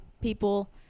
people